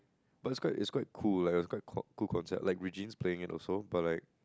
but it's quite it's quite cool like it's quite cock cool concept like Regine is playing it also but like